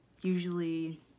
usually